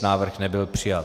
Návrh nebyl přijat.